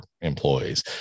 employees